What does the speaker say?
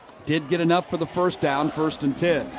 did get enough for the first down, first and ten.